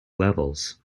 levels